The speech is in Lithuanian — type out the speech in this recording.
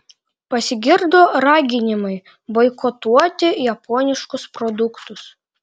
pasigirdo raginimai boikotuoti japoniškus produktus